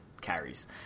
carries